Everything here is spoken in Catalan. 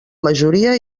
majoria